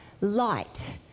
light